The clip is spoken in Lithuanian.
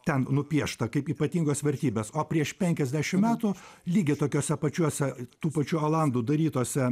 ten nupiešta kaip ypatingos vertybės o prieš penkiasdešim metų lygiai tokiuose pačiuose tų pačių olandų darytuose